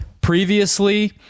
previously